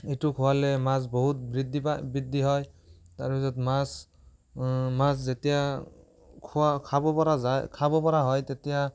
এইটো খুৱালে মাছ বহুত বৃদ্ধি পায় বৃদ্ধি হয় তাৰ পিছত মাছ মাছ যেতিয়া খোৱা খাব পৰা যায় খাব পৰা হয় তেতিয়া